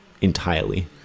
entirely